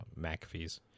McAfee's